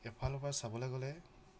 এফালৰপৰা চাবলৈ গ'লে